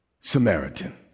Samaritan